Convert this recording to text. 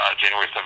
January